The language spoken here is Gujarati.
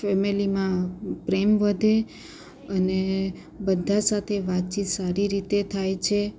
ફેમિલીમાં પ્રેમ વધે અને બધા સાથે વાતચીત સારી રીતે થાય છે